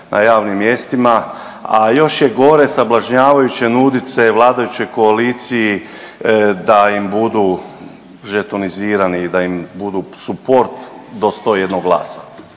na javnim mjestima, a još je gore sablažnjavajući nudit se vladajućoj koaliciji da im budu žetonizirani i da im budu suport do 101 glasa.